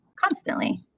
constantly